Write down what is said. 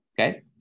Okay